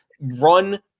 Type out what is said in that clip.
run